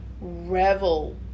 revel